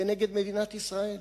נגד מדינת ישראל.